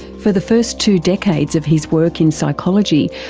for the first two decades of his work in psychology,